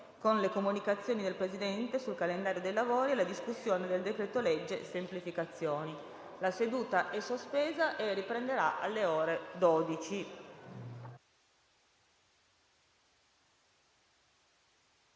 con le comunicazioni del Presidente sul calendario dei lavori e la discussione del decreto-legge semplificazioni. La seduta è sospesa. *(La seduta, sospesa